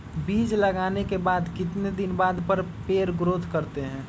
बीज लगाने के बाद कितने दिन बाद पर पेड़ ग्रोथ करते हैं?